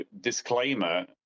disclaimer